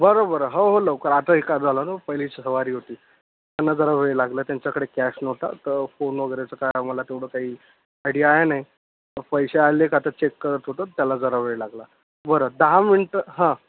बरं बरं हो हो लवकर आता हे का झालं न पहिली सवारी होती त्यांना जरा वेळ लागला त्यांच्याकडे कॅश नव्हता तर फोन वगैरेचा काही आम्हाला तेवढं काही आयडिया आहे नाही तर पैसे आले का तर चेक करत होतो त्याला जरा वेळ लागला बरं दहा मिंटं हां